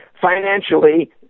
financially